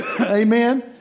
Amen